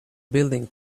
building